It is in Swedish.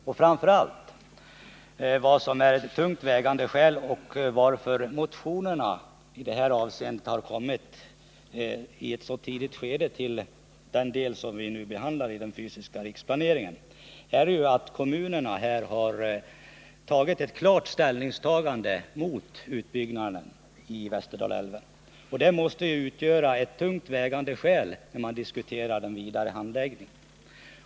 Ett tungt vägande skäl och anledningen till att motionerna har kommit i ett så tidigt skede när det gäller den här delen av den fysiska riksplaneringen är ju att kommunerna har gjort ett klart ställningstagande mot utbyggnaden av Västerdalälven. Detta måste väga tungt vid diskussionerna om den vidare handläggningen.